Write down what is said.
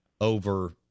over